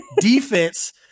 defense